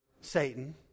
Satan